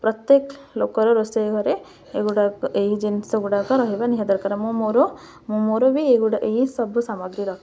ପ୍ରତ୍ୟେକ ଲୋକର ରୋଷେଇ ଘରେ ଏଗୁଡ଼ାକ ଏହି ଜିନିଷ ଗୁଡ଼ାକ ରହିବା ନିହାତି ଦରକାର ମୁଁ ମୋର ମୁଁ ମୋର ବି ଏଗୁଡ଼ା ଏସବୁ ସାମଗ୍ରୀ ରଖି